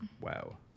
Wow